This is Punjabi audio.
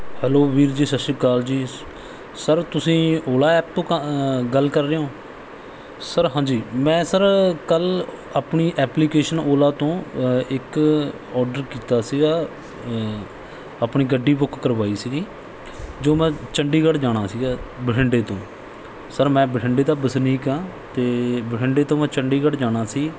ਹੈਲੋ ਵੀਰ ਜੀ ਸਤਿ ਸ਼੍ਰੀ ਅਕਾਲ ਜੀ ਸਰ ਤੁਸੀਂ ਔਲਾ ਐਪ ਤੋਂ ਕਾਂ ਗੱਲ ਕਰ ਰਹੇ ਹੋ ਸਰ ਹਾਂਜੀ ਮੈਂ ਸਰ ਕੱਲ੍ਹ ਆਪਣੀ ਐਪਲੀਕੇਸ਼ਨ ਔਲਾ ਤੋਂ ਇੱਕ ਔਡਰ ਕੀਤਾ ਸੀਗਾ ਆਪਣੀ ਗੱਡੀ ਬੁੱਕ ਕਰਵਾਈ ਸੀਗੀ ਜੋ ਮੈਂ ਚੰਡੀਗੜ੍ਹ ਜਾਣਾ ਸੀਗਾ ਬਠਿੰਡੇ ਤੋਂ ਸਰ ਮੈਂ ਬਠਿੰਡੇ ਦਾ ਵਸਨੀਕ ਹਾਂ ਅਤੇ ਬਠਿੰਡੇ ਤੋਂ ਮੈਂ ਚੰਡੀਗੜ੍ਹ ਜਾਣਾ ਸੀ